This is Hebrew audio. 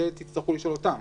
את זה תצטרכו לשאול אותם.